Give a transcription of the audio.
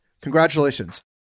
Congratulations